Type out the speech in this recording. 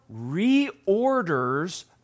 reorders